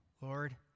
Lord